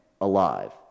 alive